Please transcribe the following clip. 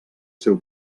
seu